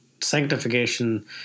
sanctification